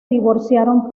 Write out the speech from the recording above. divorciaron